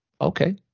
okay